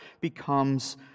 becomes